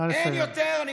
אין יותר, נא לסיים.